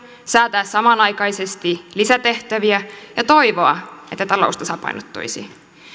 säätää samanaikaisesti lisätehtäviä ja toivoa että talous tasapainottuisi